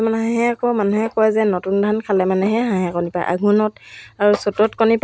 ক'বলৈ গ'লে যিহেতু মই মোৰ বয়সৰ ছোৱালী আচলতে